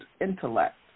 intellect